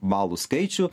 balų skaičių